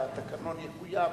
והתקנון יקוים,